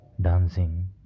dancing